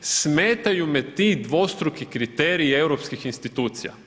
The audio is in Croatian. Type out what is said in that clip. Smetaju me ti dvostruki kriteriji europskih institucija.